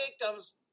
victims